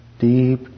deep